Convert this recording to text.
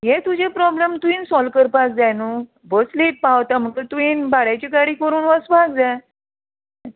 हें तुजें प्रोब्लेम तुवें सोल्व करपाक जाय न्हू बस लेट पावता म्हाका तुवें भाड्याची गाडी करून वचपाक जाय